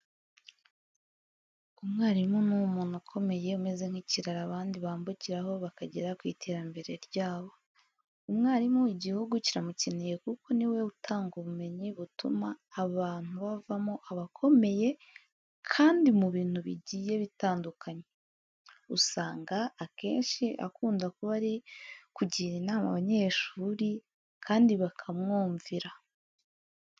Umwarimu ni umuntu ukomeye umeze nk'ikiraro abandi bambukiraho bakagera ku iterambere. Umwarimu igihugu kiramwubaha kuko ni we utanga ubumenyi butuma abantu bavamo abakomeye kandi mu bintu bigiye bitandukanye. Usanga akenshi akunda kuba ari kugira inama abanyeshuri kandi bakamwumvira.